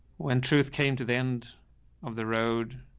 when truth came to the end of the road,